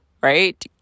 right